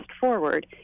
forward